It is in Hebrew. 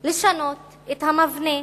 לשנות את המבנה,